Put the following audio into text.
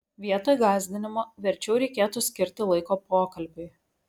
vietoj gąsdinimo verčiau reikėtų skirti laiko pokalbiui